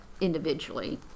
individually